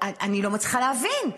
אני לא מצליחה להבין,